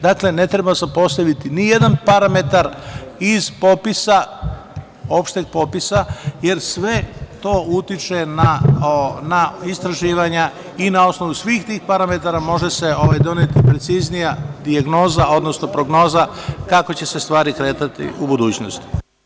Dakle, ne treba zapostaviti ni jedan parametar iz popisa, opšteg popisa jer sve to utiče na istraživanja i na osnovu svih tih parametara može se doneti preciznija dijagnoza, odnosno prognoza kako će se stvari kretati u budućnosti.